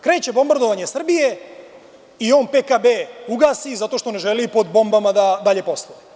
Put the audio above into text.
Kreće bombardovanje Srbije i on PKB ugasi zato što ne želi pod bombama da dalje posluje.